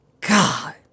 God